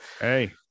hey